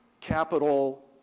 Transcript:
Capital